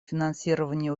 финансирования